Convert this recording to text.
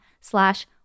slash